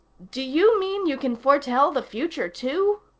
do you mean you can foretell the future, too?